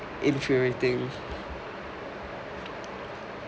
infuriating